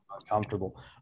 uncomfortable